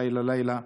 לילה-לילה,